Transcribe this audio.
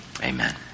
Amen